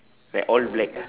like all black